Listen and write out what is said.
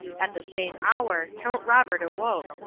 at the same hour count robert awoke,